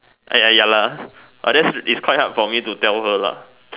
!aiya! ya lah but that's it's quite hard for me to tell her lah